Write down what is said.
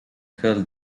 kill